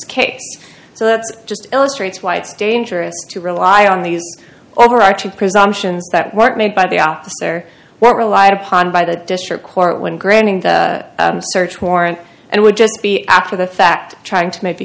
case so that's just illustrates why it's dangerous to rely on these overarching presumptions that weren't made by the officer well relied upon by the district court when granting the search warrant and it would just be after the fact trying to ma